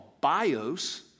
bios